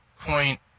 point